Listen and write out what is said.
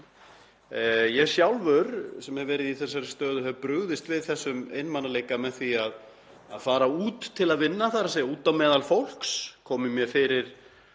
Ég sjálfur, sem hef verið í þessari stöðu, hef brugðist við þessum einmanaleika með því að fara út til að vinna, þ.e. út á meðal fólks, komið mér fyrir